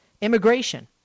Immigration